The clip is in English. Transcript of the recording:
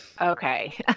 okay